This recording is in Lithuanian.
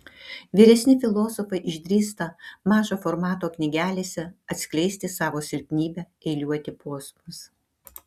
vyresni filosofai išdrįsta mažo formato knygelėse atskleisti savo silpnybę eiliuoti posmus